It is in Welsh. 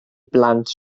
blant